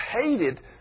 hated